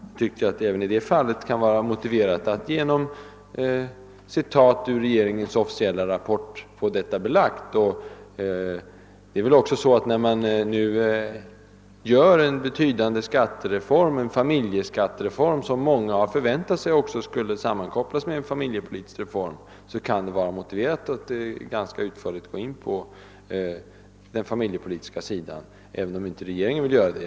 Jag tycker att det även i det fallet kan vara motiverat att genom citat ur regeringens officiella rapport få detta belagt. När det nu genomförs en betydande familjeskattereform, som många också förväntat sig skulle sammankopplas med en familjepolitisk reform, kan det finnas skäl att ganska utförligt gå in på de familjepolitiska frågorna, även om regeringen inte önskar göra det.